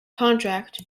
contract